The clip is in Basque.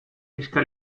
eska